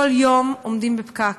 כל יום עומדים בפקק,